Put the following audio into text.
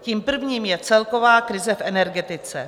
Tím prvním je celková krize v energetice.